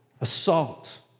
assault